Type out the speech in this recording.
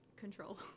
Control